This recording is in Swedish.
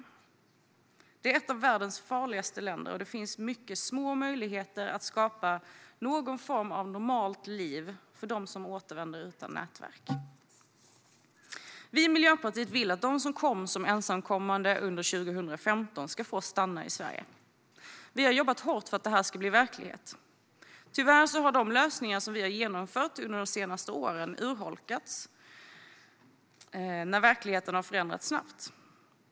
Afghanistan är ett av världens farligaste länder, och det finns små möjligheter att skapa någon form av normalt liv för dem som återvänder utan nätverk. Miljöpartiet vill att de som kom som ensamkommande under 2015 ska få stanna i Sverige. Vi har jobbat hårt för att det ska bli verklighet. Tyvärr har de lösningar som vi har genomfört under de senaste åren urholkats när verkligheten snabbt har förändrats.